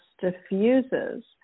diffuses